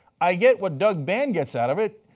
i get what doug band gets out of it,